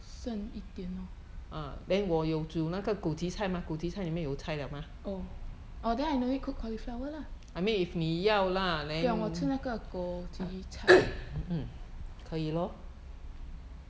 剩一点 lor oh orh then I no need cook cauliflower lah 不用我吃那个枸杞菜